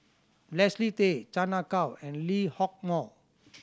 Leslie Tay Chan Ah Kow and Lee Hock Moh